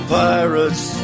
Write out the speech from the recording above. pirates